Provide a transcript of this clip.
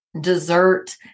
dessert